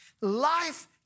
Life